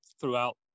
throughout